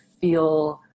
feel